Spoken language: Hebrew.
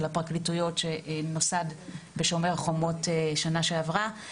הפרקליטות שנוצר בשומר חומות בשנה שעברה.